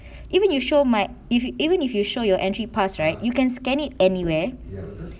even you show might if you even if you show your entry pass right you can scan it anywhere